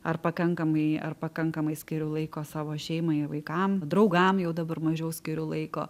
ar pakankamai ar pakankamai skiriu laiko savo šeimai vaikam draugam jau dabar mažiau skiriu laiko